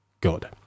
God